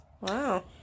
Wow